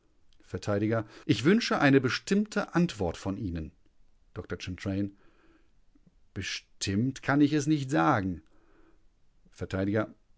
vert ich wünsche eine bestimmte antwort von ihnen dr chantraine bestimmt kann ich es nicht sagen